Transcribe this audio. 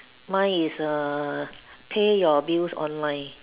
mine is err pay your bills online